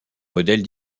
modèles